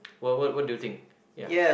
what what what do you think ya